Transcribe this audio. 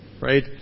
right